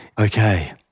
Okay